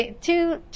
two